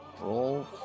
Roll